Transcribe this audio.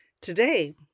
Today